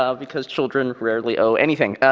ah because children rarely owe anything,